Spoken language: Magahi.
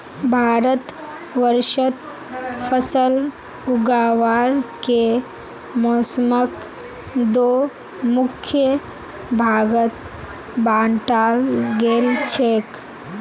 भारतवर्षत फसल उगावार के मौसमक दो मुख्य भागत बांटाल गेल छेक